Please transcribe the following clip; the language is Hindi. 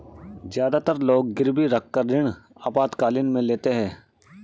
ज्यादातर लोग गिरवी रखकर ऋण आपातकालीन में लेते है